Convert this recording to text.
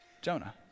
Jonah